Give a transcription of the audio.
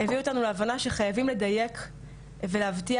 הביאו אותנו להבנה שחייבים לדייק ולהבטיח